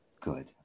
Good